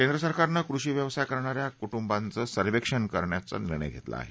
केंद्र सरकारनं कृषी व्यवसाय करणा या कु ुब्रिाचं सर्वेक्षण करण्याचा निर्णय घेतला आहे